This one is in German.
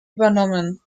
übernommen